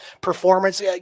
performance